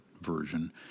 version